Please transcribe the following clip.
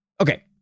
Okay